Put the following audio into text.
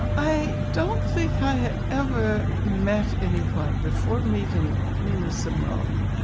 i don't think i ever met anyone before meeting nina salamone,